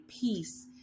peace